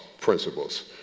principles